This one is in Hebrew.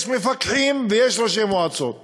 יש מפקחים ויש ראשי מועצות שמחביאים,